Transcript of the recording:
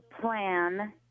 plan